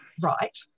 right